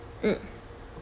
mm